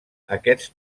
aquest